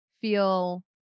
feel